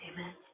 Amen